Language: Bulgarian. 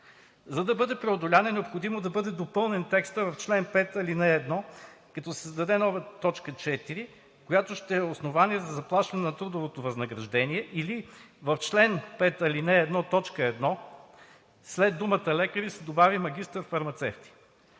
За да бъде преодолян, е необходимо да бъде допълнен текстът в чл. 5, ал. 1, като се създаде нова т. 4, която ще е основание за заплащане на трудовото възнаграждение или в чл. 5, ал. 1, т. 1 след думата „лекари“ се добави „магистър-фармацевти“.